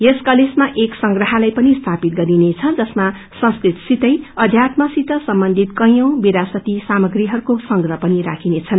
यस कलेजमा एक संत्रहालय पनि स्यापित गरिनेछ जसमा संस्कृतसितै अध्यात्म सित सम्बन्धिमक ैयौ विरासती सामग्रीहरूको संग्रह पनि हुनेछन्